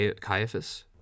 Caiaphas